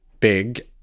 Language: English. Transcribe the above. Big